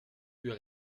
für